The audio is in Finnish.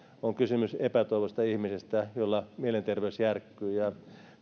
on kysymys epätoivoisesta ihmisestä jolla mielenterveys järkkyy